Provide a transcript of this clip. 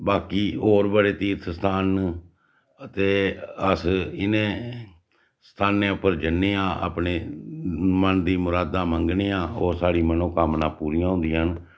बाकी होर बड़े तीर्थ स्थान न ते अस इ'नें स्थानें उप्पर जन्ने आं अपने मन दी मुरादां मंगने आं ओह् साढ़ी मनोकामना पूरियां होंदियां न